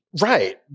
Right